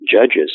Judges